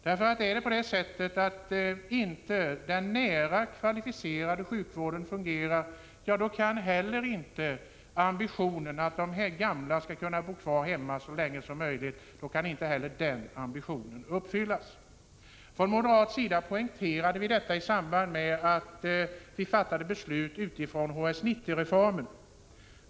Om inte den nära kvalificerade sjukvården fungerar, kan heller inte ambitionen att de gamla skall kunna bo kvar hemma så länge som möjligt förverkligas. Från moderat sida poängterade vi detta i samband med att vi fattade beslut om HS 90-reformen.